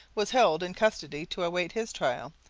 was held in custody to await his trial,